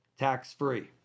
Tax-free